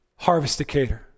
harvesticator